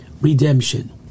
redemption